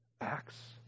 acts